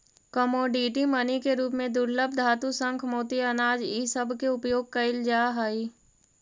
commodity money के रूप में दुर्लभ धातु शंख मोती अनाज इ सब के उपयोग कईल जा हई